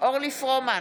אורלי פרומן,